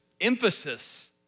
emphasis